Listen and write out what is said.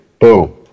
Boom